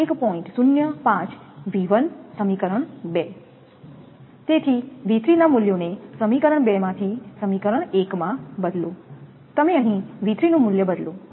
તેથી V3 ના મૂલ્યોને સમીકરણ 2 માંથી સમીકરણ 1 માં બદલો તમે અહીં V3 નું મૂલ્ય બદલો